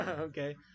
Okay